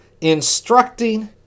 instructing